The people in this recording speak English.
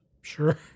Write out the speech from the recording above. sure